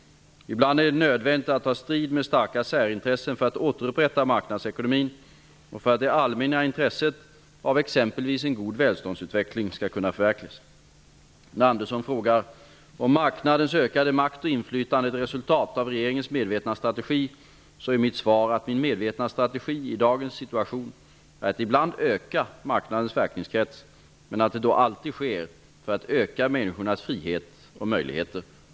Ibland är det nödvändigt att ta strid med starka särintressen för att återupprätta marknadsekonomin och för att det allmänna intresset, av exempelvis en god välståndsutveckling, skall kunna förverkligas. När Andersson frågar om marknadens ökade makt och inflytande är ett resultat av regeringens medvetna strategi, är mitt svar att min medvetna strategi i dagens situation är att ibland öka marknadens verkningskrets, men att det då alltid sker för att öka människors frihet och möjligheter.